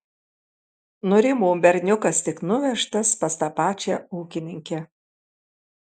nurimo berniukas tik nuvežtas pas tą pačią ūkininkę